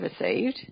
received